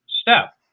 step